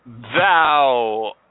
Thou